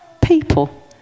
people